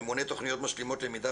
ממונה תכניות משלימות למידה,